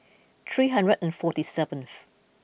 three hundred and forty seventh